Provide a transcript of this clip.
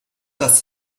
das